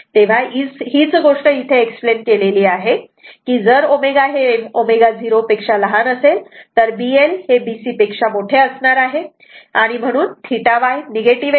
तेव्हा हीच गोष्ट इथे एक्सप्लेन केलेली आहे की जर ω ω0 असेल तर B L B C असणार आहे आणि म्हणून θ Y निगेटिव्ह येईल